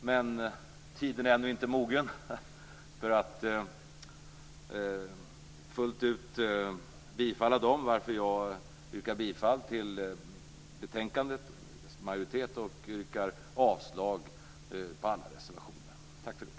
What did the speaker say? Men tiden är ännu inte mogen för att fullt ut tillstyrka dem, varför jag yrkar bifall till förslaget från utskottets majoritet och avslag på alla reservationer. Tack för ordet!